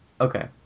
Okay